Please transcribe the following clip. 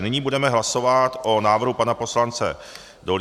Nyní budeme hlasovat o návrhu pana poslance Dolínka.